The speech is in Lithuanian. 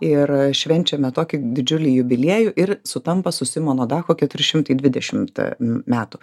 ir švenčiame tokį didžiulį jubiliejų ir sutampa su simono dacho keturi šimtai dvidešimt metų